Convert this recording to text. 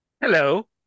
Hello